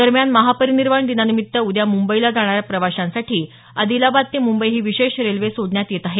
दरम्यान महापरिनिर्वाण दिनानिमित्त उद्या मुंबईला जाणाऱ्या प्रवाशांसाठी आंदिलाबाद ते मुंबई ही विशेष रेल्वे सोडण्यात येत आहे